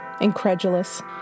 incredulous